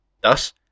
Thus